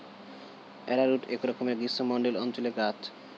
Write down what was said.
arrowroot একরকমের গ্রীষ্মমণ্ডলীয় অঞ্চলের গাছ